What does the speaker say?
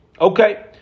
Okay